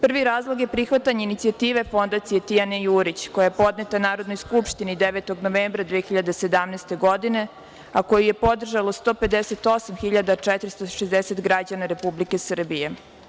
Prvi razlog je prihvatanje inicijative Fondacije Tijane Jurić, koja je podneta Narodnoj skupštini 9. novembra 2017. godine, a koju je podržalo 158.460 građana Republike Srbije.